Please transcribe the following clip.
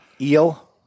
Eel